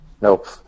Nope